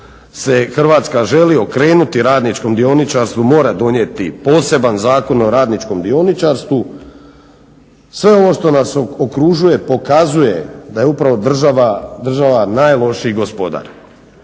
Hrvatska želi okrenuti radničkom dioničarstvu mora donijeti poseban zakon o radničkom dioničarstvu. Sve ovo što nas okružuje pokazuje da je upravo država najlošiji gospodar.